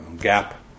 gap